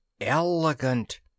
Elegant